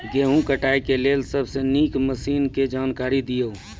गेहूँ कटाई के लेल सबसे नीक मसीनऽक जानकारी दियो?